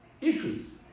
issues